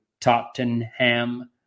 Tottenham